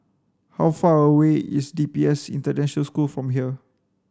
how far away is D P S International School from here